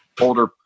older